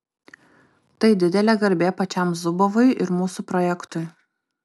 tai didelė garbė pačiam zubovui ir mūsų projektui